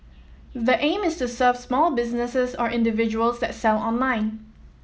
the aim is to serve small businesses or individuals that sell online